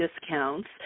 discounts